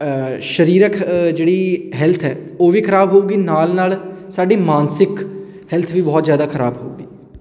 ਸਰੀਰਕ ਜਿਹੜੀ ਹੈਲਥ ਹੈ ਉਹ ਵੀ ਖਰਾਬ ਹੋਵੇਗੀ ਨਾਲ ਨਾਲ ਸਾਡੀ ਮਾਨਸਿਕ ਹੈਲਥ ਵੀ ਬਹੁਤ ਜ਼ਿਆਦਾ ਖਰਾਬ ਹੋਵੇਗੀ